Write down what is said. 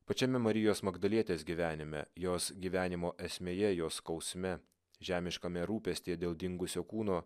pačiame marijos magdalietės gyvenime jos gyvenimo esmėje jos skausme žemiškame rūpestyje dėl dingusio kūno